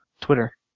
Twitter